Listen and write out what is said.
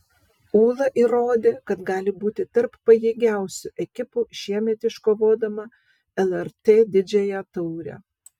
ūla įrodė kad gali būti tarp pajėgiausių ekipų šiemet iškovodama lrt didžiąją taurę